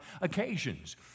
occasions